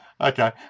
Okay